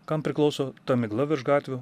kam priklauso ta migla virš gatvių